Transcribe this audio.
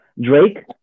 Drake